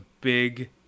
big